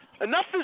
Enough